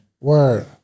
Word